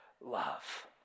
love